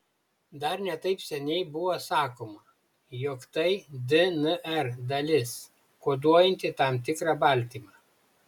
dar ne taip seniai buvo sakoma jog tai dnr dalis koduojanti tam tikrą baltymą